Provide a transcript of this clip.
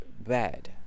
bad